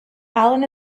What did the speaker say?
allen